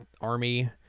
army